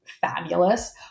fabulous